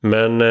Men